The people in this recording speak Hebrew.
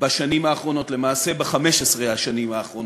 בשנים האחרונות, למעשה ב-15 שנים האחרונות.